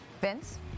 Vince